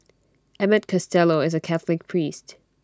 Emmett Costello is A Catholic priest